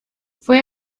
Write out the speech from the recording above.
fue